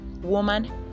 woman